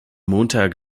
montag